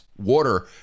water